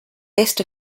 best